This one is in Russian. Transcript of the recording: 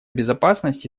безопасность